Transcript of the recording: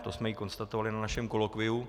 To jsme i konstatovali na našem kolokviu.